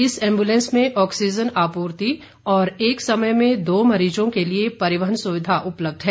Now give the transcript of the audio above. इस एम्बुलेंस में ऑक्सीजन आपूर्ति और एक समय में दो मरीजों के लिए परिवहन सुविधा उपलब्ध है